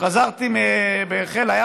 כשחזרתי בחיל הים,